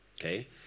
Okay